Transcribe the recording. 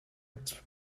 its